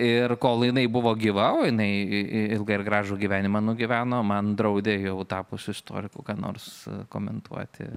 ir kol jinai buvo gyva o jinai i ilgą ir gražų gyvenimą nugyveno man draudė jau tapus istoriku ką nors komentuoti